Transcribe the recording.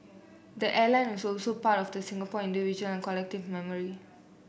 the airline is also part of the Singapore individual and collective memory